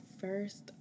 first